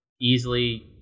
easily